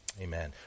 Amen